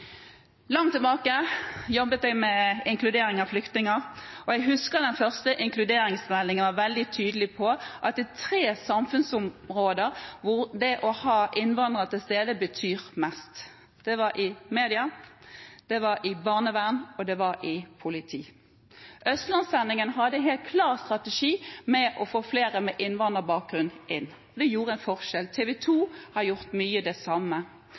flyktninger, og jeg husker at den første inkluderingsmeldingen var veldig tydelig på at de tre samfunnsområdene hvor det å ha innvandrere til stede, betyr mest, er i media, i barnevernet og i politiet. Østlandssendingen hadde en helt klar strategi med å få flere med innvandrerbakgrunn inn. Det gjorde en forskjell. TV 2 har gjort mye av det samme.